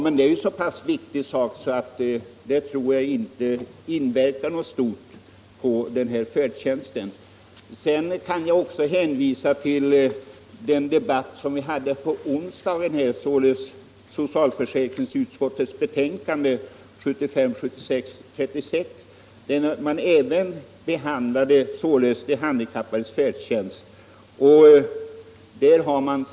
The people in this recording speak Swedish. Detta är en så pass viktig sak, så jag tror inte att det i stort skulle inverka på den här färdtjänsten. Sedan vill jag också hänvisa till den debatt vi hade i onsdags om socialförsäkringsutskottets betänkande nr 36, där även de handikappades färdtjänst behandlades.